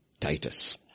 Titus